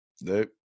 Nope